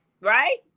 right